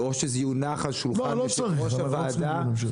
או שזה יונח על שולחן יושב-ראש הוועדה,